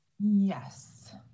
Yes